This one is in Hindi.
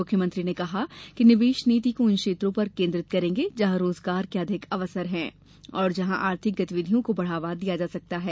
मुख्यमंत्री ने कहा कि निवेश नीति को उन क्षेत्रों पर केंद्रित करेंगे जहां रोजगार के अधिक अवसर हैं और जहां आर्थिक गतिविधियों को बढ़ावा दिया जा सकता है